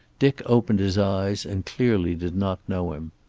dick opened his eyes and clearly did not know him.